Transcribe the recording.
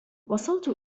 وصلت